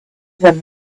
them